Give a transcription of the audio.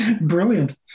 brilliant